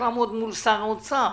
מול שר האוצר,